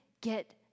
get